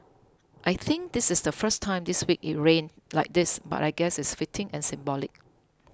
I think this is the first time this week it rained like this but I guess it's fitting and symbolic